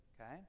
Okay